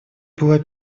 была